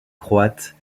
croates